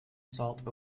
salt